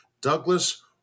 Douglas